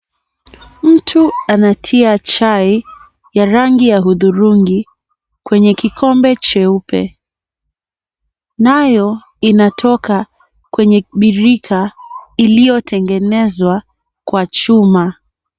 Mtu anatia chai yenye rangi ya hudhurungi kwenye kikombe cheupe. Nayo inatoka kwenye birika iliyotengenezwa kwa chuma.